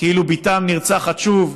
כאילו בתם נרצחת שוב.